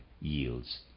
yields